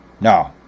No